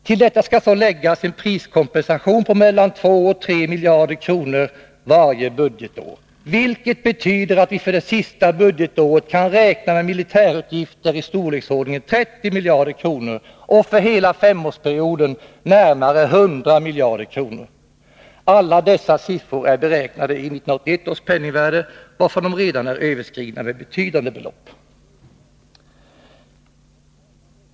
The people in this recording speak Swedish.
Till detta skall så läggas en priskompensation på mellan 2 000 och 3 000 milj.kr. varje budgetår, vilket betyder att vi för det sista budgetåret kan räkna med militärutgifter i storleksordningen 30 000 milj.kr. och för hela femårsperioden närmare 100 000 milj.kr. Alla dessa siffror är beräknade i 1981 års penningvärde, varför de redan är överskridna med betydande belopp.